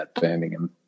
Birmingham